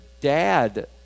dad